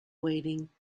waiting